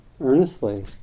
earnestly